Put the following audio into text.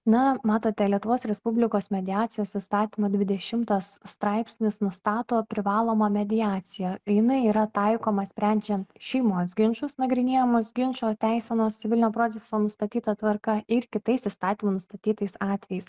na matote lietuvos respublikos mediacijos įstatymo dvidešimtas straipsnis nustato privalomą mediaciją jinai yra taikoma sprendžiant šeimos ginčus nagrinėjamus ginčo teisenos civilinio proceso nustatyta tvarka ir kitais įstatymų nustatytais atvejais